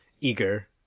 eager